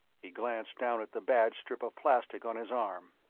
he glanced down at the badge strip of plastic on his arm.